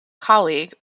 colleague